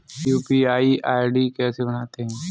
UPI ID कैसे बनाते हैं?